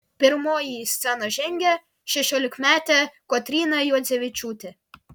pirmoji į sceną žengė šešiolikmetė kotryna juodzevičiūtė